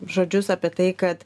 žodžius apie tai kad